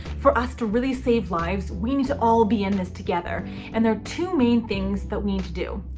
for us to really save lives, we need to all be in this together and there are two main things that we need to do.